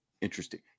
Interesting